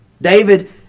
David